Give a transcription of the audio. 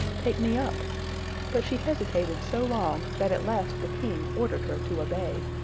take me up but she hesitated so long that at last the king ordered her to obey.